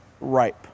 ripe